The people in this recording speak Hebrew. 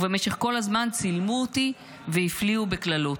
ובמשך כל הזמן צילמו אותי והפליאו בקללות.